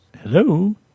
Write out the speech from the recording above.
Hello